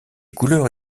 couleurs